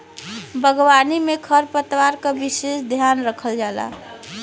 बागवानी में खरपतवार क विसेस ध्यान रखल जाला